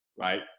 right